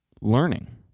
learning